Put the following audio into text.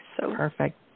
Perfect